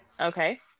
okay